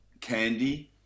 Candy